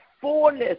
fullness